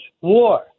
war